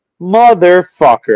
Motherfucker